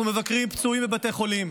אנחנו מבקרים פצועים בבתי חולים,